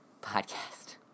podcast